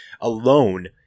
alone